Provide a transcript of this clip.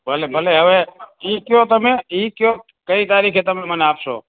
ભલે ભલે હવે એ કહો તમે એ કહો કઈ તારીખે તમે મને આપશો